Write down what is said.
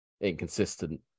inconsistent